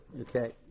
Okay